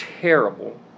terrible